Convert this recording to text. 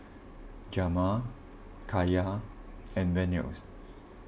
Jamar Kaiya and Venus